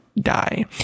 die